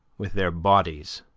with their bodies.